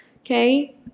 okay